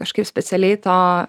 kažkaip specialiai to